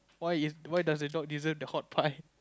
why is why does the dog deserve the hot pie